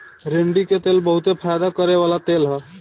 रेड़ी के तेल बहुते फयदा करेवाला तेल ह